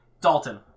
Dalton